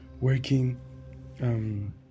working